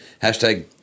Hashtag